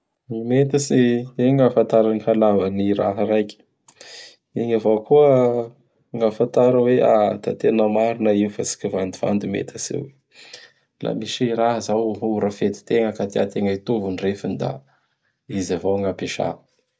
Gny metatsy! Igny gn' afatara ny halavan'ny raha raiky. Igny avao koa gn afatara hoe, Da tena marina io fa tsy kivandivandy metatsy io. Laha misy raha izao horafetitegna ka tiateña hitovy gn refiny da izy avao gn'ampiasa.